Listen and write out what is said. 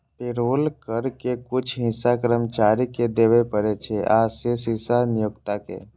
payroll कर के कुछ हिस्सा कर्मचारी कें देबय पड़ै छै, आ शेष हिस्सा नियोक्ता कें